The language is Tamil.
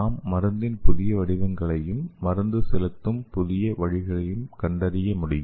நாம் மருந்தின் புதிய வடிவங்களையும் மருந்து செலுத்தும் புதிய வழிகளையும் கண்டறிய முடியும்